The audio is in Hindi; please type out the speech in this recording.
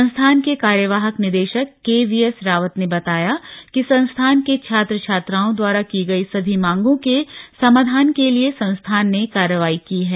संस्थान के कार्यवाहक निदेशक केवीएसराव ने बताया कि संस्थान के छात्र छात्राओं द्वारा की गई सभी मांगों के समाधान के लिए संस्थान ने कार्रवाई की है